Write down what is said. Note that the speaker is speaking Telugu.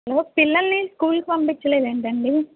హలో పిల్లల్ని స్కూల్కి పంపిచలేదేంటండి